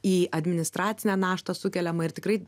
į administracinę naštą sukeliamą ir tikrai